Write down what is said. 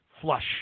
flush